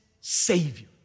savior